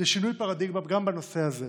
לשינוי פרדיגמה גם בנושא הזה.